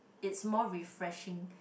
it's more refreshing